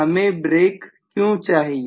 हमें ब्रेक क्यों चाहिए